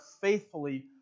faithfully